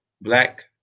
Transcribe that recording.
black